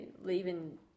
leaving